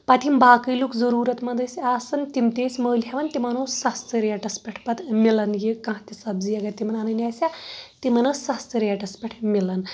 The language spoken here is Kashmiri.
پَتہٕ یِم باقٕے لٔکھ صروٗرت منٛد ٲسۍ آسان تِم تہِ ٲسۍ مٔلۍ ہیٚوان تِمن اوس سستہٕ ریٹس پٮ۪ٹھ پَتہٕ مِلان یہِ کانٛہہ تہِ سَبزی اَگر تِمن اَنٕنۍ آسہِ ہا تِمن ٲس سستہٕ ریٹس پٮ۪ٹھ مِلان